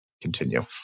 continue